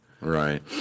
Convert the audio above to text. Right